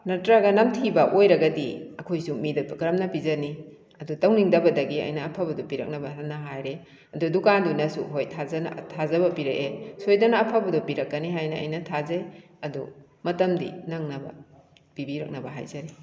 ꯅꯠꯇ꯭ꯔꯒ ꯅꯝꯊꯤꯕ ꯑꯣꯏꯔꯒꯗꯤ ꯑꯩꯈꯣꯏꯁꯨ ꯃꯤꯗ ꯀꯔꯝꯅ ꯄꯤꯖꯅꯤ ꯑꯗꯨ ꯇꯧꯅꯤꯡꯗꯕꯗꯒꯤ ꯑꯩꯅ ꯑꯐꯕꯗꯣ ꯄꯤꯔꯛꯅꯕ ꯍꯟꯅ ꯍꯥꯏꯔꯦ ꯑꯗꯨ ꯗꯨꯀꯥꯟꯗꯨꯅꯁꯨ ꯍꯣꯏ ꯊꯥꯖꯅ ꯊꯥꯖꯕ ꯄꯤꯔꯛꯑꯦ ꯁꯣꯏꯗꯅ ꯑꯐꯕꯗꯣ ꯄꯤꯔꯛꯀꯅꯤ ꯍꯥꯏꯅ ꯑꯩꯅ ꯊꯥꯖꯩ ꯑꯗꯨ ꯃꯇꯝꯗꯤ ꯅꯪꯅꯕ ꯄꯤꯕꯤꯔꯛꯅꯕ ꯍꯥꯏꯖꯔꯤ